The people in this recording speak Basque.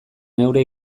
neure